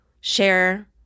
share